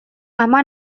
ama